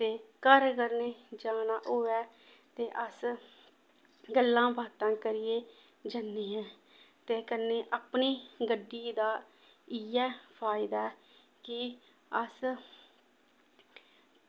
ते घरै कन्नै जाना होऐ ते अस गल्लां बातां करियै जन्ने आं ते कन्नै अपनी गड्डी दा इ'यै फायदा ऐ कि अस